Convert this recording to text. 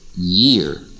year